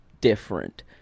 different